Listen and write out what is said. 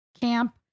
camp